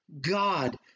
God